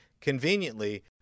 conveniently